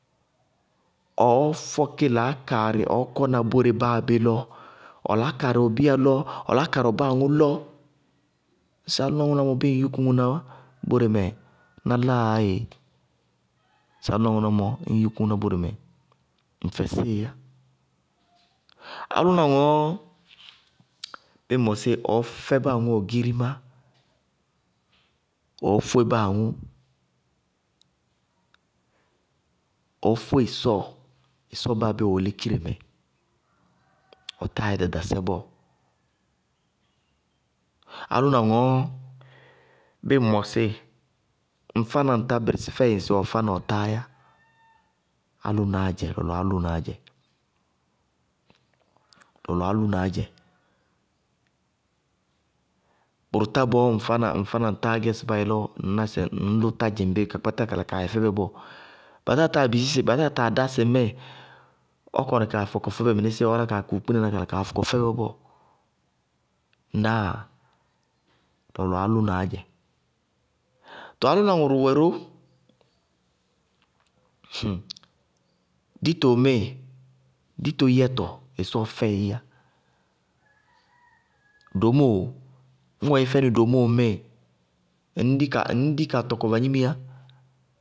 Ɔɔ fɔkí laákaarɩ ɔɔ kɔna bóre báa bé lɔ, ɔ laákaarɩ wɛ bíya lɔ, ɔ laákaarɩ wɛ báa aŋʋ lɔ. Ŋsɩ álʋna ŋʋná mɔ bíɩ ŋ yúku ŋʋná bóre mɛ, ná láa yá éé. Ŋsɩ álʋna ŋʋná mɔ, bíɩ ŋ yúku ŋʋná bóre mɛ, ŋ fɛsíɩ yá. Álʋna ŋɔɔ bíɩ ŋ mɔsíɩ ɔɔ fɛ báa aŋʋ ɔ girimá, ɔɔ fóé báa aŋʋ, ɔɔ fóé ɩsɔɔ, ɩsɔɔ báa bé wɛ ɔ lékiremɛ, ɔtáa yɛ ɖaɖasɛ bɔɔ, álʋna ŋɔɔ bíɩ ŋ mɔsíɩ ŋŋfá na ŋtá bɩrɩsí fɛɩ ɔfá na ɔtáá yá, álʋnaá dzɛ. Lɔlɔ alʋnaá dzɛ. Bʋrʋ tá bɔɔ ŋfá na ŋtá gɛ bá yɛ lɔ ŋñná ŋñlʋ tá dzɩŋ bí ka kpátá ka la kaa yɛ fɛbɛ bɔɔ. Ba táa taa bisí sɩ ŋmíɩ ba táa taa dá sɩ ŋmíɩ ɔ kɔnɩ kaa fɔkɔ fɛbɛ mɩníɩ ɔɔ la kaa ku ba kpínaná ka fɔkɔ fɛbɛ bɔɔ. Ŋnáa? Lɔlɔ alʋnaá dzɛ. Tɔɔ álʋna ŋʋrʋ wɛ ró, dito ŋmíɩ, dito yɛtɔ, ɩsɔɔ fɛɩ yá. Domóo? Ñŋ ɔ yɛ fɛnɩ dito ŋmíɩ, ŋñdi ka tɔkɔ vagnimiyá.